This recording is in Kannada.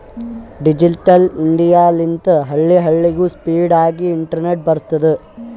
ಡಿಜಿಟಲ್ ಇಂಡಿಯಾ ಲಿಂತೆ ಹಳ್ಳಿ ಹಳ್ಳಿಗೂ ಸ್ಪೀಡ್ ಆಗಿ ಇಂಟರ್ನೆಟ್ ಬರ್ತುದ್